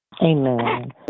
Amen